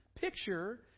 picture